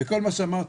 כל מה שאמרתי